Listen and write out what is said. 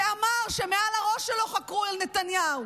שאמר שמעל הראש שלו חקרו את נתניהו,